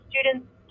students